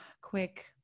quick